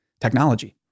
technology